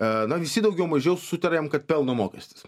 a na visi daugiau mažiau sutariam kad pelno mokestis